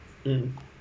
mm